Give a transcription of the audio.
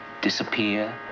disappear